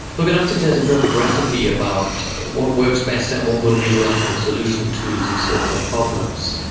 look, i don't think there's a perfect recipe about what works best and what will be the ultimate solution to these sorts of problems.